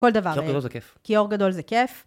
כל דבר, כי אור גדול זה כיף.